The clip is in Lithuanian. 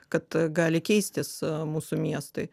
kad gali keistis mūsų miestai